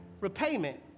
repayment